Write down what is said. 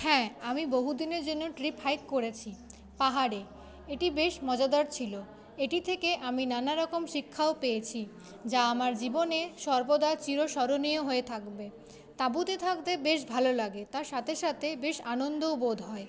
হ্যাঁ আমি বহুদিনের জন্য ট্রিপ হাইক করেছি পাহাড়ে এটি বেশ মজাদার ছিলো এটি থেকে আমি নানা রকম শিক্ষাও পেয়েছি যা আমার জীবনে সর্বদা চিরস্মরণীয় হয়ে থাকবে তাঁবুতে থাকতে বেশ ভালো লাগে তার সাথে সাথে বেশ আনন্দও বোধ হয়